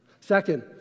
Second